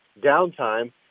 downtime